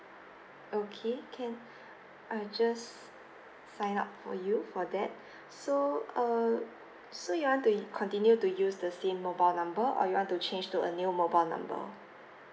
okay can I'll just sign up for you for that so err so you want to continue to use the same mobile number or you want to change to a new mobile number